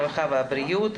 הרווחה והבריאות,